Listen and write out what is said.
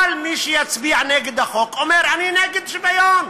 כל מי שיצביע נגד החוק, אומר: אני נגד שוויון.